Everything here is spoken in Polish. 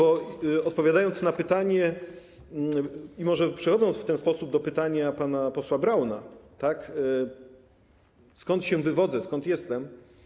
Odpowiadając na pytanie i może przechodząc w ten sposób do pytania pana posła Brauna, o to, skąd się wywodzę, skąd jestem.